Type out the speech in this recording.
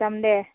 যামদে